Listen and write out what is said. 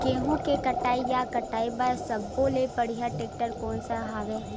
गेहूं के कटाई या कटाई बर सब्बो ले बढ़िया टेक्टर कोन सा हवय?